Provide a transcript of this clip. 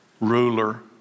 ruler